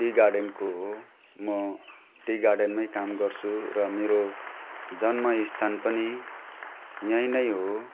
T गार्डनको हो म टी गार्डनमै काम गर्छु र मेरो जन्मस्थान पनि यहीँ नै हो